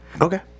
Okay